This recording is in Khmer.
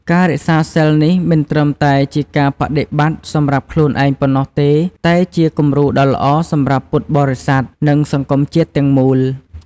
ការរក្សាសីលនេះមិនត្រឹមតែជាការបដិបត្តិសម្រាប់ខ្លួនឯងប៉ុណ្ណោះទេ តែជា គំរូដ៏ល្អ សម្រាប់ពុទ្ធបរិស័ទ និងសង្គមជាតិទាំងមូល។